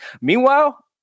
Meanwhile